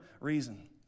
reason